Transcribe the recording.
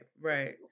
right